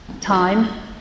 time